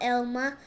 Elma